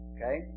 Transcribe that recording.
Okay